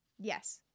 yes